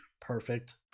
perfect